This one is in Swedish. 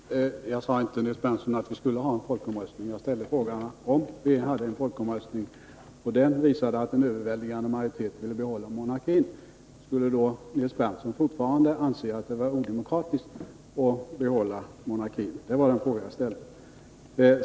Herr talman! Jag sade inte, Nils Berndtson, att vi skulle ha en folkomröstning. Jag frågade: Om vi hade en folkomröstning och den visade att den överväldigande majoriteten av svenska folket ville behålla monarkin, skulle då Nils Berndtson anse att det var odemokratiskt att behålla monarkin? Det var den frågan jag ställde.